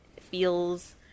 feels